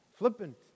Flippant